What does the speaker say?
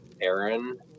Aaron